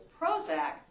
Prozac